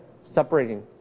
separating